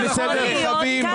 זה לא יכול להיות ככה.